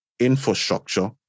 infrastructure